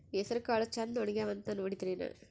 ಹೆಸರಕಾಳು ಛಂದ ಒಣಗ್ಯಾವಂತ ನೋಡಿದ್ರೆನ?